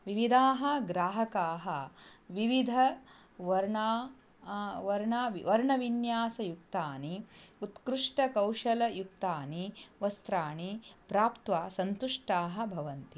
विविधाः ग्राहकाः विविधवर्णाः वर्णाः वर्णविन्यासयुक्तानि उत्कृष्टकौशलयुक्तानि वस्त्राणि प्राप्य सन्तुष्टाः भवन्ति